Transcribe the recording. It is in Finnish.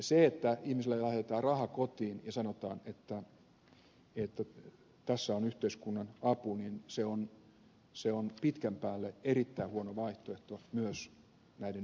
se että ihmisille lähetetään raha kotiin ja sanotaan että tässä on yhteiskunnan apu on pitkän päälle erittäin huono vaihtoehto myös näiden ihmisten kannalta